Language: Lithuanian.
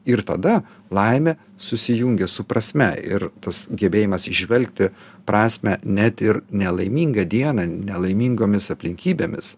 ir tada laimė susijungia su prasme ir tas gebėjimas įžvelgti prasmę net ir nelaimingą dieną nelaimingomis aplinkybėmis